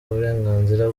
uburenganzira